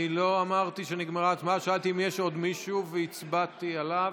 ההצבעה, שאלתי אם יש עוד מישהו והצבעתי עליו.